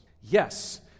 Yes